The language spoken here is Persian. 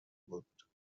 بود